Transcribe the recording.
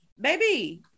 Baby